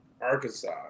Arkansas